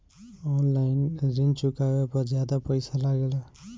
आन line ऋण चुकावे पर ज्यादा पईसा लगेला?